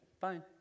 fine